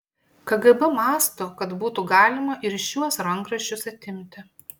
kgb mąsto kaip būtų galima ir šiuos rankraščius atimti